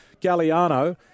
Galliano